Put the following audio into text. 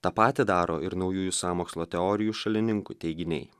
tą patį daro ir naujųjų sąmokslo teorijų šalininkų teiginiai